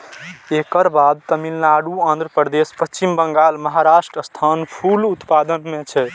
एकर बाद तमिलनाडु, आंध्रप्रदेश, पश्चिम बंगाल, महाराष्ट्रक स्थान फूल उत्पादन मे छै